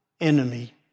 enemy